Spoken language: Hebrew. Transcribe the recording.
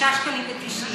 6.90,